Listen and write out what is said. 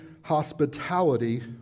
hospitality